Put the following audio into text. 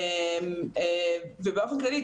ובאופן כללי,